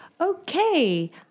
Okay